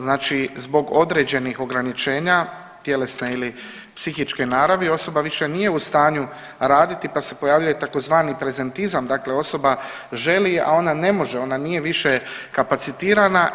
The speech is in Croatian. Znači zbog određenih ograničenja, tjelesne ili psihičke naravi osoba više nije u stanju raditi, pa se pojavljuje tzv. prezentizam dakle osoba želi, ali ona ne može, ona nije više kapacitirana.